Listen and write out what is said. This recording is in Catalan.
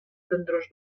tendrors